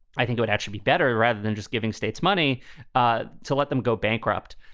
i think would actually be better rather than just giving states money ah to let them go bankrupt.